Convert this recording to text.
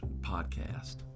Podcast